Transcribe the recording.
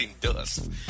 dust